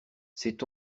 sait